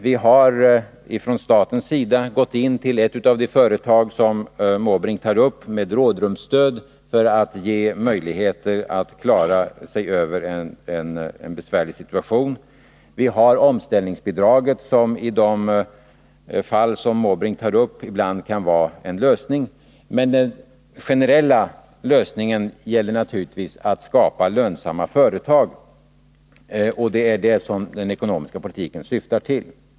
Vi har från statens sida gått in i ett av de företag som Bertil Måbrink tar upp med rådrumsstöd för att ge möjligheter för företaget att klara sig över en besvärlig situation. Vi har omställningsbidrag, som i de fall som Bertil Måbrink tar upp ibland kan vara en lösning. Men den generella lösningen går naturligtvis ut på att skapa lönsamma företag. Det är det som den ekonomiska politiken syftar till.